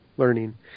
learning